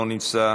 לא נמצא,